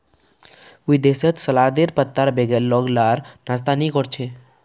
विदेशत सलादेर पत्तार बगैर लोग लार नाश्ता नि कोर छे